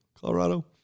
Colorado